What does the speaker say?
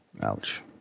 Ouch